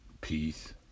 peace